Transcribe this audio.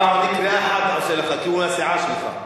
הפעם קריאה אחת אני עושה לך, כי הוא מהסיעה שלך.